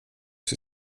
oss